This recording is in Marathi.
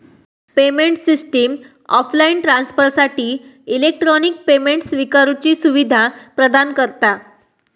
पेमेंट सिस्टम ऑफलाईन ट्रांसफरसाठी इलेक्ट्रॉनिक पेमेंट स्विकारुची सुवीधा प्रदान करता